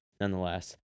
nonetheless